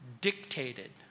dictated